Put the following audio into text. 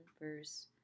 verse